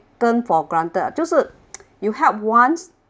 taken for granted ah 就是 you help once